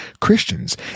Christians